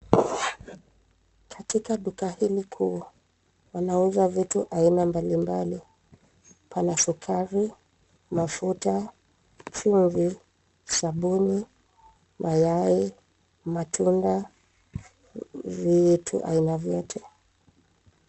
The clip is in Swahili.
Katika duka hili kuu, wanauza vitu, aina mbalimbali, pana sukari, mafuta, chumvi, sabuni, mayai, matunda, vitu aina vyote.